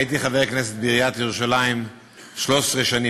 הייתי חבר מועצה בעיריית ירושלים 13 שנים.